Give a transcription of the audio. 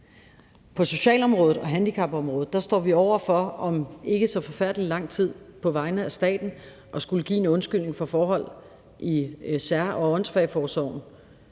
på socialområdet og handicapområdet står vi over for om ikke så forfærdelig lang tid på vegne af staten at skulle give en undskyldning for forhold i sær- og åndssvageforsorgen,